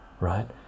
right